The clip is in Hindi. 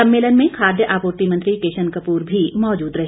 सम्मेलन में खाद्य आपूर्ति मंत्री किशन कपूर भी मौजूद रहे